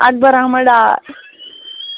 Akbar Ahmad Dar